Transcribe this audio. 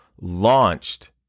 launched